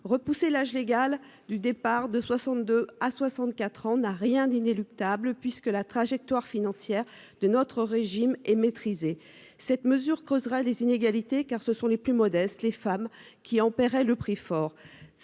repousser l'âge légal du départ de 62 à 64 ans n'a rien d'inéluctable puisque la trajectoire financière de notre régime et maîtrisé cette mesure causera des inégalités car ce sont les plus modestes, les femmes qui en paieraient le prix fort.